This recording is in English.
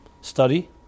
study